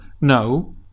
No